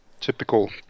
Typical